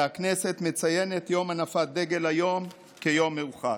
והכנסת מציינת היום את יום הנפת דגל הדיו כיום מיוחד.